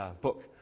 book